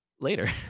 later